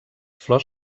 flors